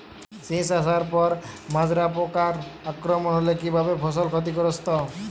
শীষ আসার পর মাজরা পোকার আক্রমণ হলে কী ভাবে ফসল ক্ষতিগ্রস্ত?